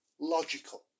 logical